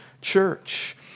church